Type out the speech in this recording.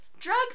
drugs